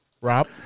Rob